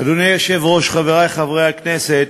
אדוני היושב-ראש, חברי חברי הכנסת,